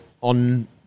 on